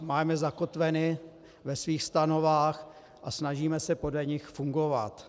Máme je zakotveny ve svých stanovách a snažíme se podle nich fungovat.